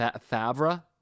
Favre